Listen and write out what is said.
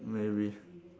maybe